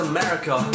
America